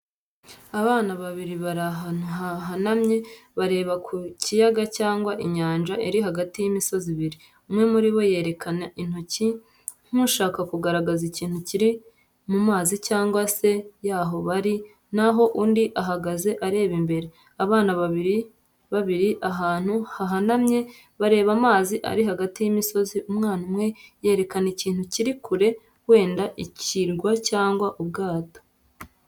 Abana babiri bari ahantu hahanamye, bareba ku kiyaga cyangwa inyanja iri hagati y'imisozi ibiri. Umwe muri bo yerekana intoki nk’ushaka kugaragaza ikintu kiri mu mazi cyangwa kure y’aho bari, naho undi ahagaze areba imbere. Abana babiri bari ahantu hahanamye, bareba amazi ari hagati y’imisozi. Umwana umwe yerekana ikintu kiri kure, wenda ikirwa cyangwa ubwato.